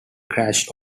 crash